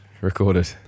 recorded